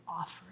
offer